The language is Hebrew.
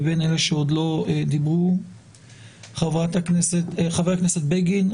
חבר הכנסת בגין,